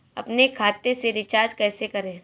अपने खाते से रिचार्ज कैसे करें?